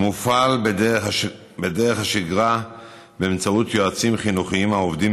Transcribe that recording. מופעל בדרך השגרה באמצעות יועצים חינוכיים העובדים